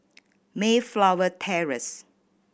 Mayflower Terrace